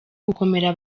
gukomera